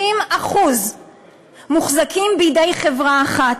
60% מוחזקים בידי חברה אחת.